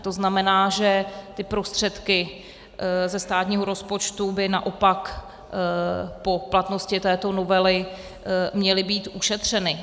To znamená, že prostředky ze státního rozpočtu by naopak po platnosti této novely měly být ušetřeny.